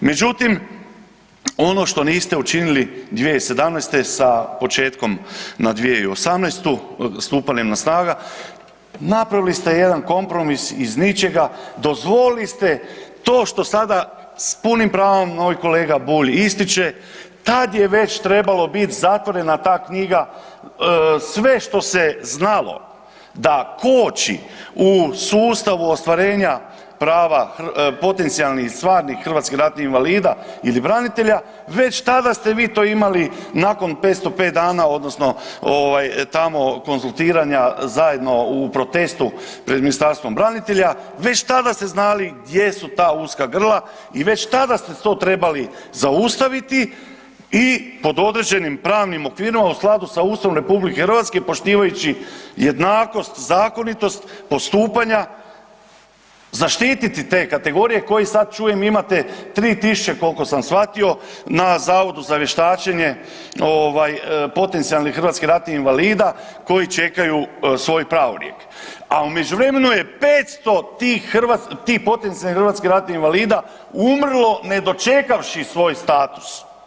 Međutim, ono što niste učinili 2017. sa početkom na 2018. stupanjem na snagu, napravili ste jedan kompromis iz ničega, dozvolili ste to što sada s punim pravom moj kolega Bulj ističe, tad je već trebalo bit zatvorena ta knjiga, sve što se znalo da koči u sustavu ostvarenja prava potencijalnih i stvarnih hrvatskih ratnih invalida ili branitelja, već tada ste vi to imali nakon 505 dana odnosno ovaj tamo konzultiranja zajedno u protestu pred Ministarstvom branitelja, već tada ste znali gdje su ta uska grla i već tada ste to trebali zaustaviti i pod određenim pravnim okvirima u skladu sa Ustavom RH poštivajući jednakost i zakonitost postupanja zaštititi te kategorije koje sad čujem imate 3.000 kolko sam shvatio na Zavodu za vještačenje ovaj potencionalnih hrvatskih ratnih invalida koji čekaju svoj pravorijek, a u međuvremenu je 500 tih potencionalnih hrvatskih ratnih invalida umrlo ne dočekavši svoj status.